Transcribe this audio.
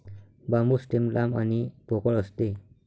बांबू stem लांब आणि पोकळ असते